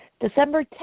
December